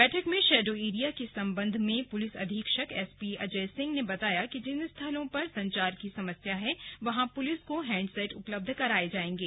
बैठक में shadow area के संबंध में पुलिस अधीक्षक एसपी अजय सिंह ने बताया कि जिन स्थलों पर संचार की समस्या है वहां पुलिस को हैंडसेट उपलब्ध कराये जाएंगे